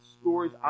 stories